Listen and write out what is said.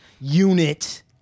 unit